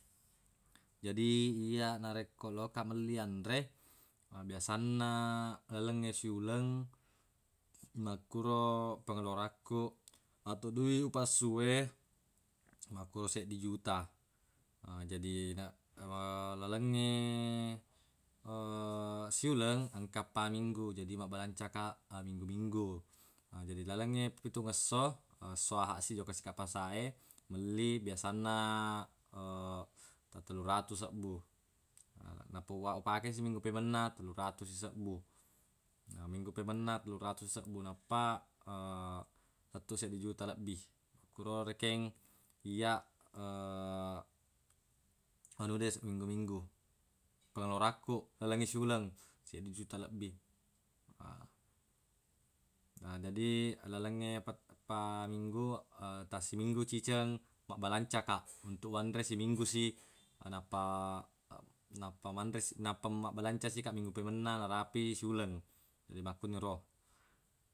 Jadi iyya narekko loka melli anre biasanna lalengnge siuleng makkuro pengeluarakku atau dui upassue makko seddi juta, jadi na lalengnge siuleng engka eppa minggu jadi mabbalanca kaq minggu-minggu. Jadi lalengnge pitungngesso esso ahaq si jokka si kaq pasae melli biasanna tattellu ratu sebbu nappa upakesi minggu pemenna tellu ratu si sebbu. Na uaq upakesi minggu pemenna tellu ratu si sebbu nappa lettu seddi juta lebbi. Makkuro rekeng iyya anude minggu-minggu pengeluarakku lalengnge siuleng seddi juta lebbi. Na jadi lalengnge pet- eppa minggu tassiminggu ciceng mabbalanca kaq untuq wanre siminggu si nanappa- nappa manre si- nappa mabbalanca si kaq minggu pemenna narapi siuleng jadi makkuniro.